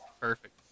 perfect